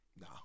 No